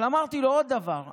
אבל אמרתי לו עוד דבר,